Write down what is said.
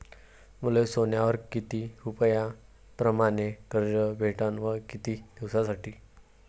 मले सोन्यावर किती रुपया परमाने कर्ज भेटन व किती दिसासाठी?